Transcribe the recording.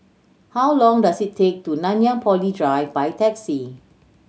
how long does it take to Nanyang Poly Drive by taxi